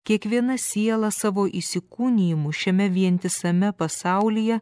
kiekviena siela savo įsikūnijimu šiame vientisame pasaulyje